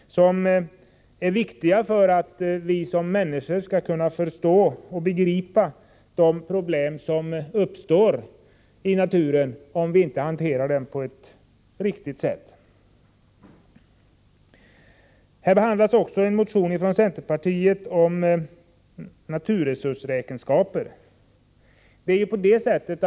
Det är viktigt för att vi människor skall kunna förstå de problem som uppstår i naturen om vi inte hanterar denna på ett riktigt sätt. I betänkandet behandlas också en annan motion från centerpartiet. Jag avser då motionen om naturresursräkenskaper.